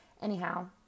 Anyhow